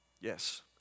Yes